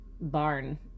barn